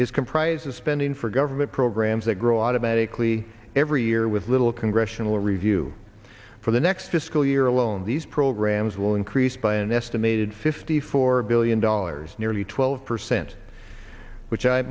is comprised of spending for government programs that grow automatically every year with little congressional review for the next fiscal year alone these programs will increase by an estimated fifty four billion dollars nearly twelve percent which i